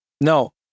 No